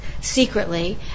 secretly